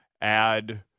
add